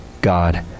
God